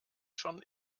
schon